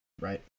Right